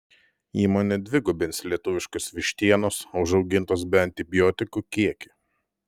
įmonė dvigubins lietuviškos vištienos užaugintos be antibiotikų kiekį